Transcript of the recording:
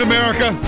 America